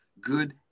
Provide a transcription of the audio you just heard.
good